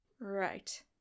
right